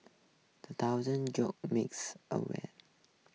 the thousand jolt makes awake